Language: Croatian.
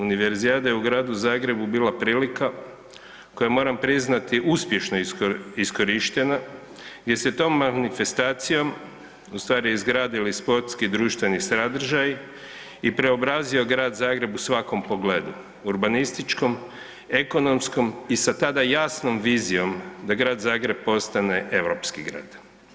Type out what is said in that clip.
Univerzijada je u Gradu Zagrebu bila prilika koja je moram priznati uspješno iskorištena, gdje se tom manifestacijom u stvari izgradili sportski i društveni sadržaji i preobrazio Grad Zagreb u svakom pogledu, urbanističkom, ekonomskom i sa tada jasnom vizijom da Grad Zagreb postane europski grad.